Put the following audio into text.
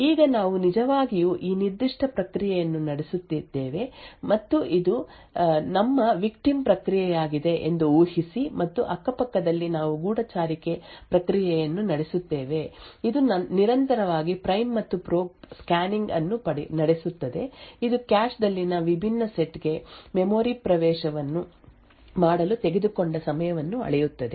ಈಗ ನಾವು ನಿಜವಾಗಿಯೂ ಈ ನಿರ್ದಿಷ್ಟ ಪ್ರಕ್ರಿಯೆಯನ್ನು ನಡೆಸುತ್ತಿದ್ದೇವೆ ಮತ್ತು ಇದು ನಮ್ಮ ವಿಕ್ಟಿಮ್ ಪ್ರಕ್ರಿಯೆಯಾಗಿದೆ ಎಂದು ಊಹಿಸಿ ಮತ್ತು ಅಕ್ಕಪಕ್ಕದಲ್ಲಿ ನಾವು ಗೂಢಚಾರಿಕೆ ಪ್ರಕ್ರಿಯೆಯನ್ನು ನಡೆಸುತ್ತೇವೆ ಇದು ನಿರಂತರವಾಗಿ ಪ್ರೈಮ್ ಮತ್ತು ಪ್ರೋಬ್ ಸ್ಕ್ಯಾನಿಂಗ್ ಅನ್ನು ನಡೆಸುತ್ತದೆ ಇದು ಕ್ಯಾಶ್ ದಲ್ಲಿನ ವಿಭಿನ್ನ ಸೆಟ್ ಗೆ ಮೆಮೊರಿ ಪ್ರವೇಶವನ್ನು ಮಾಡಲು ತೆಗೆದುಕೊಂಡ ಸಮಯವನ್ನು ಅಳೆಯುತ್ತದೆ